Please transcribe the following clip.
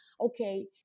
Okay